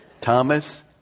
Thomas